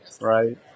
Right